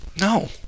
no